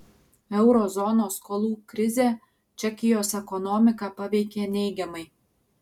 euro zonos skolų krizė čekijos ekonomiką paveikė neigiamai